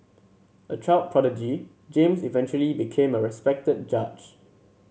a child prodigy James eventually became a respected judge